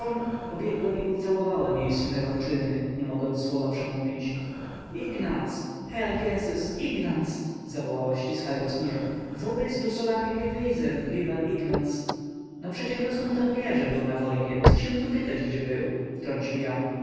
pobiegłem i ucałowałem jej suche rączyny nie mogąc słowa przemówić ignaz herr jess ignaz zawołała ściskając mnie wo bist du so lange gewesen lieber ignaz no przecie grossmutter wie że był na wojnie co się tu pytać gdzie był wtrącił